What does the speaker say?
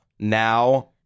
now